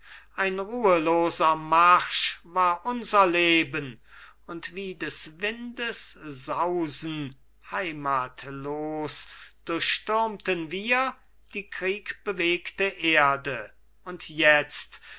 ein ruheloser marsch war unser leben und wie des windes sausen heimatlos durchstürmten wir die kriegbewegte erde und jetzt